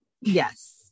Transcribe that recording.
Yes